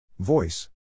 Voice